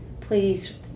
Please